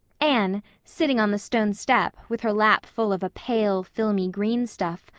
anne, sitting on the stone step with her lap full of a pale, filmy, green stuff,